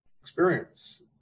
experience